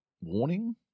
warning